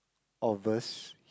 of us